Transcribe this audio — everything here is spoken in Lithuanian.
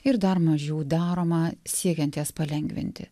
ir dar mažiau daroma siekiant jas palengvinti